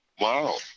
Wow